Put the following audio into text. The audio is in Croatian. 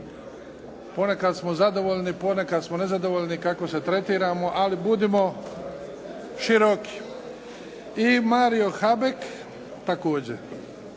ponekad smo zadovoljni, ponekad smo nezadovoljni kako se tretiramo, ali budimo široki. I Mario Habek, također.